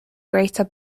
greater